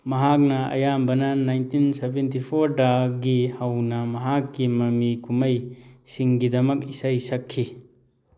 ꯃꯍꯥꯛꯅ ꯑꯌꯥꯝꯕꯅ ꯅꯥꯏꯟꯇꯤꯟ ꯁꯕꯦꯟꯇꯤꯐꯣꯔꯗꯒꯤ ꯍꯧꯅ ꯃꯍꯥꯛꯀꯤ ꯃꯃꯤ ꯀꯨꯝꯍꯩꯁꯤꯡꯒꯤꯗꯃꯛ ꯏꯁꯩ ꯁꯛꯈꯤ